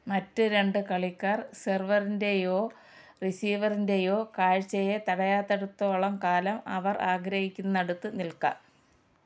മറ്റ് രണ്ട് കളിക്കാർ സെർവറിൻ്റെയോ റിസീവറിൻ്റെയോ കാഴ്ചയെ തടയാത്തിടത്തോളം കാലം അവർ ആഗ്രഹിക്കുന്നിടത്ത് നിൽക്കാം